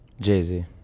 jay-z